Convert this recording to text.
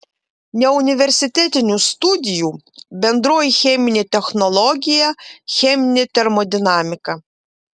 neuniversitetinių studijų bendroji cheminė technologija cheminė termodinamika